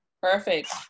Perfect